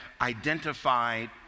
identified